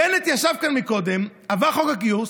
בנט ישב כאן קודם, עבר חוק הגיוס,